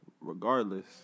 Regardless